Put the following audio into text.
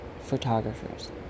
photographers